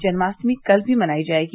जन्माष्टमी कल भी मनाई जाएगी